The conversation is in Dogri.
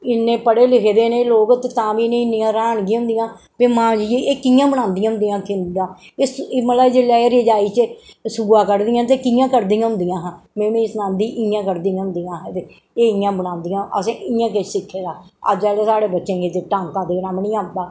इन्ने पढ़े लिखे दे न एह् लोग तां बी इनेंगी इन्नियां हरानगियां होंदियां कि मां जी एह् कियां बनांदियां होंदियां खिंदा एह् मतलब जेल्लै एह् रजाई च सुआ कडदियां ते कियां कडदियां होंदियां हां मीं सनांदी इयां कडदियां होंदियां हियां ते एह् इयां बनांदियां असें इयां केश सिक्खे दा अज्ज आह्ले साढ़े बच्चें गी ते टांका देना बी नी आंदा